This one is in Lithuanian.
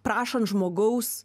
prašant žmogaus